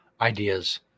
ideas